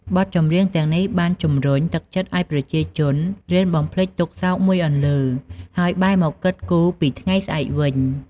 បទចម្រៀងទាំងនេះបានជំរុញទឹកចិត្តឲ្យប្រជាជនរៀនបំភ្លេចទុក្ខសោកមួយអន្លើ ហើយបែរមកគិតគូរពី ថ្ងៃស្អែក វិញ។